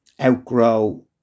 outgrow